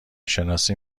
شناسی